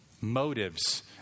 motives